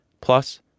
plus